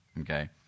okay